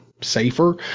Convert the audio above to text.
safer